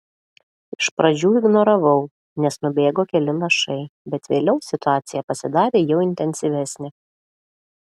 iš pradžių ignoravau nes nubėgo keli lašai bet vėliau situacija pasidarė jau intensyvesnė